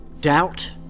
Doubt